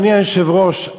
אדוני היושב-ראש,